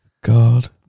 God